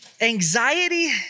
anxiety